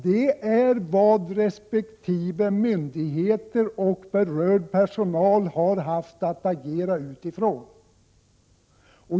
Det är vad resp. myndighet och berörd personal har haft att agera utifrån.